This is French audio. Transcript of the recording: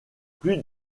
plus